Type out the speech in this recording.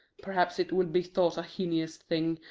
perhaps it will be thought a heinous thing,